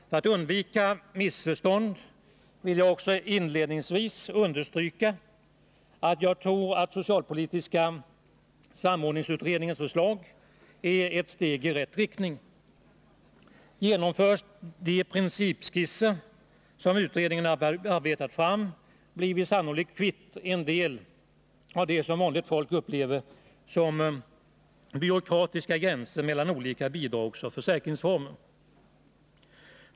För att undvika missförstånd vill jag inledningsvis också understryka att jag tror att socialpolitiska samordningsutredningens förslag är ett steg i rätt riktning. Genomförs de principskisser som utredningen arbetar fram, blir vi sannolikt kvitt en del av det som vanligt folk upplever som byråkratiska gränser mellan olika bidragsoch försäkringsformer.